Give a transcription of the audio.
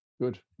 good